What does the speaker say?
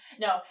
No